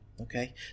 okay